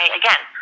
again